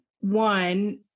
One